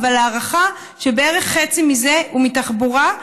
אבל ההערכה היא שבערך חצי מזה הוא מתחבורה,